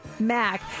Mac